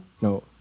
No